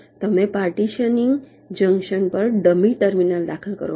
તમે partitioning junction પર dummy terminal દાખલ કરો છો